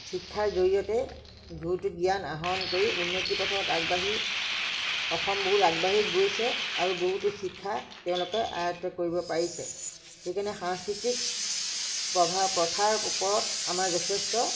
শিক্ষাৰ জৰিয়তে বহুতো জ্ঞান আহৰণ কৰি উন্নতিৰ পথত আগবাঢ়ি অসম বহুত আগবাঢ়ি গৈছে আৰু বহুতো শিক্ষা তেওঁলোকে আয়ত্ত কৰিব পাৰিছে সেইকাৰণে সাংস্কৃতিক প্ৰভাৱ প্ৰথাৰ ওপৰত আমাৰ যথেষ্ট